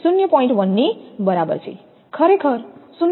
1 ની બરાબર છે ખરેખર 0